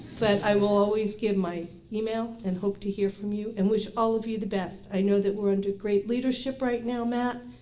but i will always give my email and hope to hear from you and wish all of you the best. i know that we're under great leadership right now. mat,